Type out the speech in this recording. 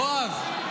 בועז,